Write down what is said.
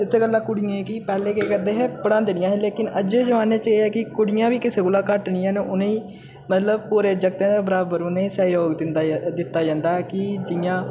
इत्तै गल्ला कुड़ियें गी पैह्लें केह् करदे हे पढ़ांदे निं ऐहे लेकिन अज्जै ज़मान्ने च एह् ऐ की कुड़ियां बी किसै कोला घट्ट निं हैन उ'नें ई मतलब पूरे जगतें दे बराबर उ'नें गी सैह्जोग दित्ता जंदा की जि'यां